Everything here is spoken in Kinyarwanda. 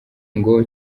ngo